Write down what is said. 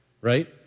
right